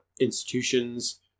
institutions